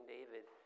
David